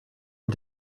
und